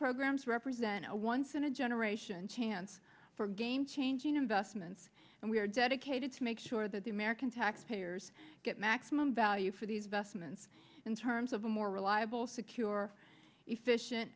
programs represent a once in a generation chance for game changing investments and we are dedicated to make sure that the american taxpayers get maximum value for these vestments in terms of a more reliable secure efficient